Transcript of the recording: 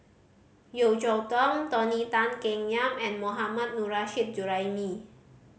Yeo Cheow Tong Tony Tan Keng Yam and Mohammad Nurrasyid Juraimi